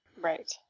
Right